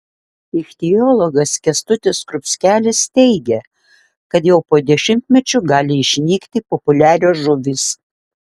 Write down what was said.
ichtiologas kęstutis skrupskelis teigė kad jau po dešimtmečio gali išnykti populiarios žuvys